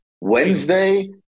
Wednesday